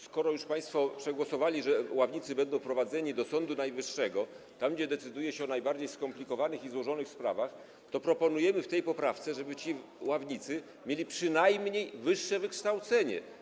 Skoro już państwo przegłosowali, że ławnicy będą wprowadzeni do Sądu Najwyższego, gdzie decyduje się o najbardziej skomplikowanych i złożonych sprawach, to w tej poprawce proponujemy, żeby ci ławnicy mieli przynajmniej wyższe wykształcenie.